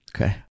Okay